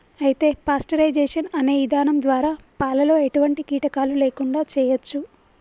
అయితే పాస్టరైజేషన్ అనే ఇధానం ద్వారా పాలలో ఎటువంటి కీటకాలు లేకుండా చేయచ్చు